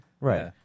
Right